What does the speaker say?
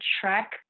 track